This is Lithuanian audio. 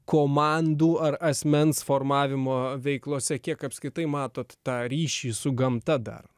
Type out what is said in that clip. komandų ar asmens formavimo veiklose kiek apskritai matot tą ryšį su gamta dar